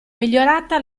migliorata